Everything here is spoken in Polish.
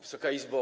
Wysoka Izbo!